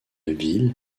ville